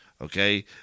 okay